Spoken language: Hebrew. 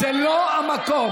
זה לא המקום.